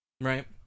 right